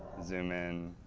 zoom in,